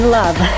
love